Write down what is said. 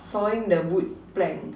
sawing the wood plank